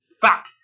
Fuck